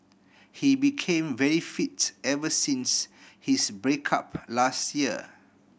he became very fit ever since his break up last year